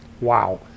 wow